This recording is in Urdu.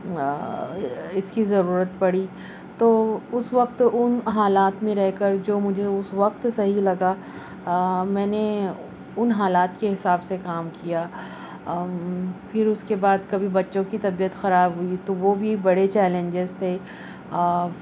اس کی ضرورت پڑی تو اس وقت ان حالات میں رہ کر جو مجھے اس وقت صحیح لگا میں نے ان حالات کے حساب سے کام کیا پھر اس کے بعد کبھی بچوں کی طبیعت خراب ہوئی تو وہ بھی بڑے چیلنجیز تھے اور